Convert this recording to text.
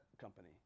company